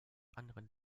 anderen